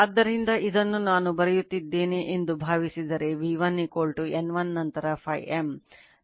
ಆದ್ದರಿಂದ ಇದನ್ನು ನಾನು ಬರೆಯುತ್ತಿದ್ದೇನೆ ಎಂದು ಭಾವಿಸಿದರೆ V1 N1 ನಂತರ Φm